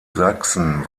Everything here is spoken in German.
sachsen